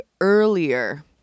earlier